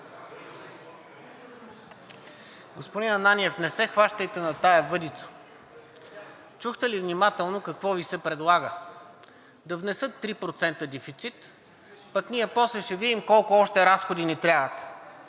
Господин Ананиев, не се хващайте на тази въдица. Чухте ли внимателно какво Ви се предлага? Да внесат 3% дефицит, пък ние после ще видим колко още разходи ни трябват.